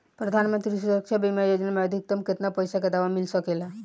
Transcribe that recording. प्रधानमंत्री सुरक्षा बीमा योजना मे अधिक्तम केतना पइसा के दवा मिल सके ला?